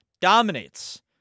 Dominates